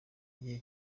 igihe